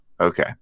okay